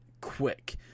quick